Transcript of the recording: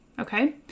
okay